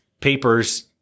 papers